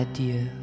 Adieu